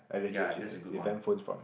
ya that's a good one